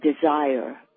desire